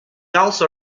also